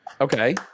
Okay